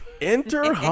Enter